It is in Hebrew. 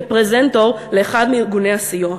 כפרזנטור לאחד מארגוני הסיוע.